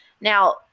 Now